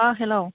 hello